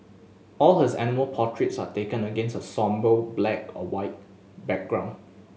all his animal portraits are taken against a sombre black or white background